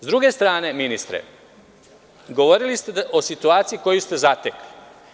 Sa druge strane, ministre, govorili ste o situaciji koju ste zatekli.